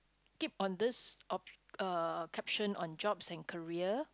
keep on this oppo~ uh caption on jobs and career